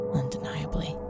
undeniably